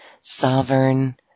sovereign